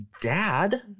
dad